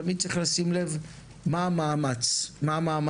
תמיד צריך לשים לב מה המאמץ העיקרי?